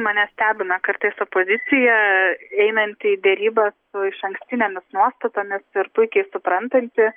mane stebina kartais opozicija einanti į derybas su išankstinėmis nuostatomis ir puikiai suprantanti